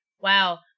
wow